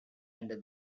under